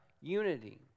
unity